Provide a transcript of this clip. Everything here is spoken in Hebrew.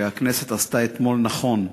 שהכנסת עשתה אתמול נכון,